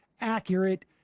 accurate